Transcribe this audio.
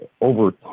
over